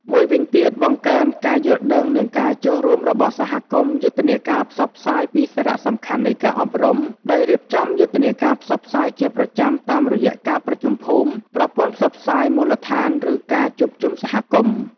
មួយវិញទៀតបង្កើនការយល់ដឹង និងការចូលរួមរបស់សហគមន៍ យុទ្ធនាការផ្សព្វផ្សាយពីសារៈសំខាន់នៃការអប់រំ ដោយ រៀបចំយុទ្ធនាការផ្សព្វផ្សាយជាប្រចាំតាមរយៈការប្រជុំភូមិ ប្រព័ន្ធផ្សព្វផ្សាយមូលដ្ឋាន ឬការជួបជុំសហគមន៍ ។